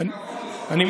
זה